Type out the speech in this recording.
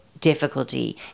difficulty